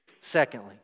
Secondly